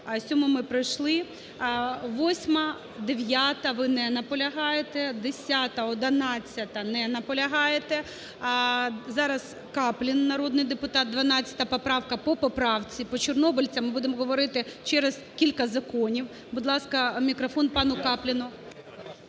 7-му ми пройшли. 8-а, 9-а, ви не наполягаєте. 10-а, 11-а, не наполягаєте. А зараз Каплін, народний депутат, 12-а поправка. По поправці. По чорнобильцям будем говорити через кілька законів. Будь ласка, мікрофон пану Капліну.